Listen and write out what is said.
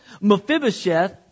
Mephibosheth